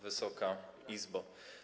Wysoka Izbo!